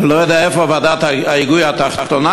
אני לא יודע איפה ועדת ההיגוי התחתונה,